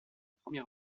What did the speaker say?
premier